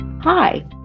Hi